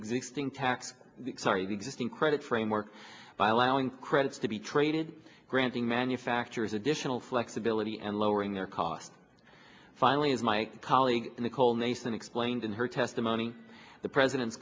existing tax sorry the existing credit framework by allowing credits to be traded granting manufacturers additional flexibility and lowering their cost finally as my colleague in the cole nathan explained in her testimony the president